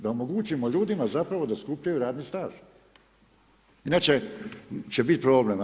Da omogućimo ljudima zapravo da skupljaju radni staž, inače će biti problem.